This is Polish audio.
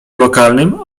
lokalnym